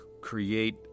create